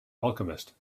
alchemist